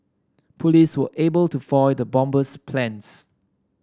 police were able to foil the bomber's plans